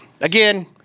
again